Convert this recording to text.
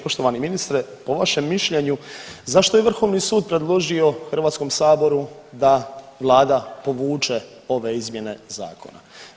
Poštovani ministre po vašem mišljenju zašto je Vrhovni sud predložio Hrvatskom saboru da vlada povuče ove izmjene zakona?